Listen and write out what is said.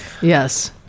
yes